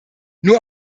nur